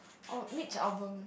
oh Mitch-Albom